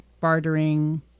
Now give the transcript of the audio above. bartering